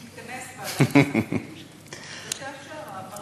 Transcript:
תתכנס ועדת הכספים ותאפשר העברה.